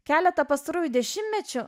keletą pastarųjų dešimtmečių